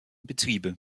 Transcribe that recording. betriebe